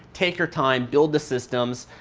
take your time, build the systems.